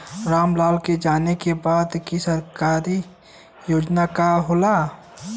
राम लाल के जाने के बा की सरकारी योजना का होला?